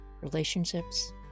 relationships